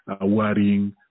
worrying